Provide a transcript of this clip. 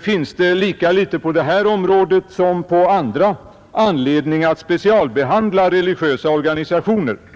finns det lika lite på det här området som på andra anledning att specialbehandla religiösa organisationer.